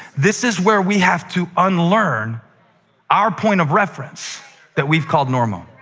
this is where we have to unlearn our point of reference that we've called normal.